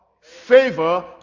Favor